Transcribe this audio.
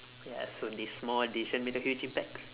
ya so this small decision made a huge impact